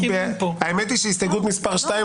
האמת היא שהסתייגות מס' 2,